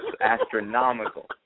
Astronomical